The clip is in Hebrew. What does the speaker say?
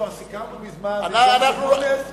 כבר סיכמנו מזמן שזה שיח'-מוניס להב,